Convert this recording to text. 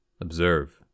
observe